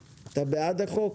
לא הערות כלליות, רק לחוק הזה.